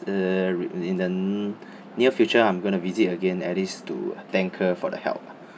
the re~ in the near future I'm going to visit again at least to thank her for the help